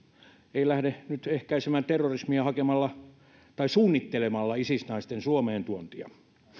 ei lähde nyt ehkäisemään terrorismia suunnittelemalla isis naisten suomeen tuontia